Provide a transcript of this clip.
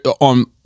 on